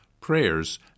prayers